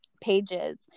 pages